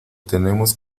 tenemos